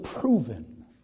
proven